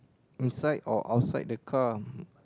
inside or outside the car